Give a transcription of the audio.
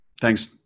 Thanks